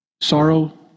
Sorrow